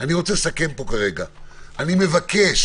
אני מבקש